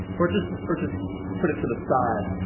or just or just put it to the side.